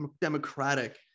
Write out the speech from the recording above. democratic